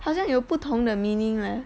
好像有不同的 meaning leh